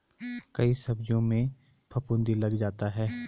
कई सब्जियों में फफूंदी लग जाता है